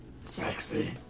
sexy